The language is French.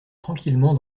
tranquillement